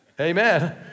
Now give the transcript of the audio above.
Amen